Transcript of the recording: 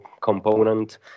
component